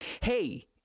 Hey